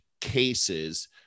cases